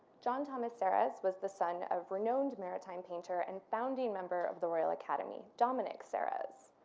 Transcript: john thomas serres was the son of renowned maritime painter and founding member of the royal academy, dominic serres.